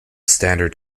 standard